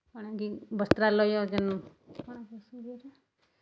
କାଣା କି ବସ୍ତ୍ରାଳୟ ଯେନ୍ କାଣା କହେସନ୍ ରେ ହେଟା